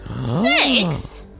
Six